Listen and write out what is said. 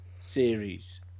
series